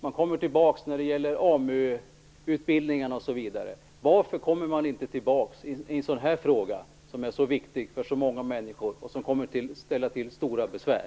Man kommer tillbaka när det gäller AMU-utbildningarna osv. Varför kommer man inte tillbaka i en sådan här fråga, som är så viktig för så många människor och som kommer att ställa till stora besvär?